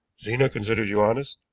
zena considers you honest,